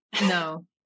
No